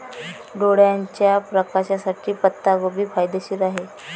डोळ्याच्या प्रकाशासाठी पत्ताकोबी फायदेशीर आहे